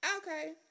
Okay